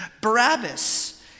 Barabbas